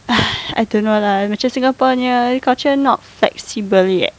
I don't know lah macam singapore punya culture not flexible yet